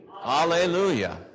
Hallelujah